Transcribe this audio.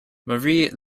marie